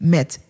Met